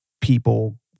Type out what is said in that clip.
people